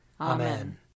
Amen